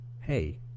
Hey